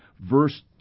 verse